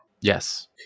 yes